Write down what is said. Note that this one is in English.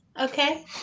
Okay